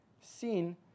seen